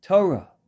Torah